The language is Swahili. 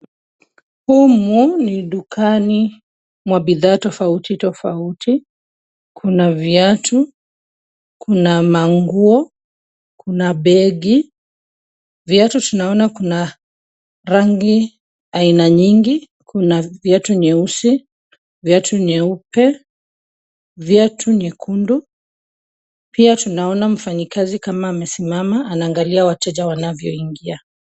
Humu ni dukani mwa bidhaa tofauti tofauti. Kuna viatu, kuna nguo, kuna begi. Viatu tunaona kuna rangi aina nyingi; kuna viatu vyeusi, viatu vyeupe, viatu nyekundu. Pia, tunaona mfanyakazi kama amesimama anaangalia wateja wanavyoingia.